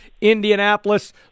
Indianapolis